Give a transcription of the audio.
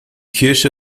kirche